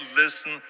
listen